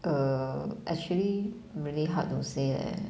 err actually really hard to say leh